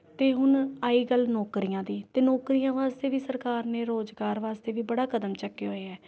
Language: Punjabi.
ਅਤੇ ਹੁਣ ਆਈ ਗੱਲ ਨੌਕਰੀਆਂ ਦੀ ਅਤੇ ਨੌਕਰੀਆਂ ਵਾਸਤੇ ਵੀ ਸਰਕਾਰ ਨੇ ਰੁਜ਼ਗਾਰ ਵਾਸਤੇ ਵੀ ਬੜਾ ਕਦਮ ਚੁੱਕੇ ਹੋਏ ਹੈ